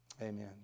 Amen